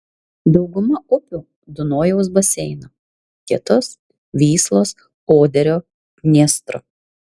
dauguma upių dunojaus baseino kitos vyslos oderio dniestro